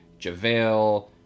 JaVale